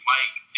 Mike